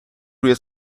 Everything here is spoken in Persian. روی